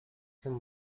tym